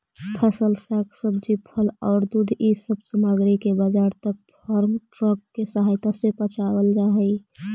फसल, साग सब्जी, फल औउर दूध इ सब सामग्रि के बाजार तक फार्म ट्रक के सहायता से पचावल हई